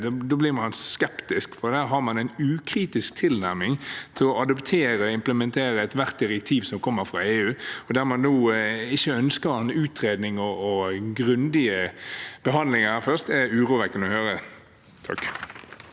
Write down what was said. blir man skeptisk, for der har man en ukritisk tilnærming til å adoptere og implementere ethvert direktiv som kommer fra EU. Det at man nå ikke ønsker å ha en utredning og grundige behandlinger først, er urovekkende å høre.